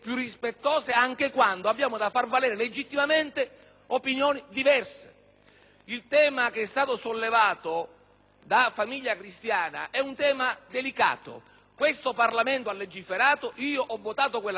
da «Famiglia Cristiana» è delicato. Questo ramo del Parlamento ha legiferato, e io ho votato quelle norme, tuttavia accetto le critiche di tanta parte, non solo del mondo cattolico, ma anche del mondo medico,